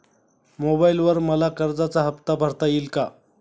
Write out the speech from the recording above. मोबाइलवर मला कर्जाचा हफ्ता भरता येईल का?